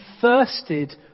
thirsted